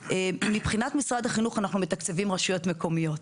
מבחינת משרד החינוך אנחנו מתקצבים רשויות מקומיות,